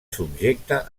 subjecta